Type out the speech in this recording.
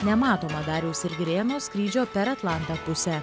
nematomą dariaus ir girėno skrydžio per atlantą pusę